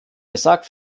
gesagt